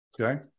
Okay